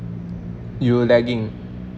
you were lagging